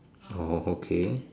oh okay